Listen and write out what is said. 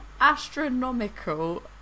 astronomical